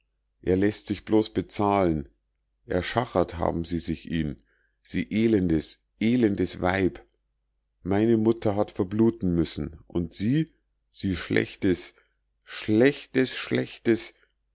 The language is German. er läßt sich bloß bezahlen erschachert haben sie sich ihn sie elendes elendes weib meine mutter hat verbluten müssen und sie sie schlechtes schlechtes schlechtes